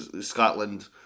Scotland